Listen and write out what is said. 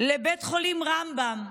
לבית חולים רמב"ם.